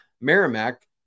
Merrimack